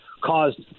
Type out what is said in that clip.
caused